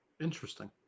Interesting